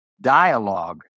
Dialogue